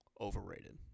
overrated